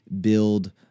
build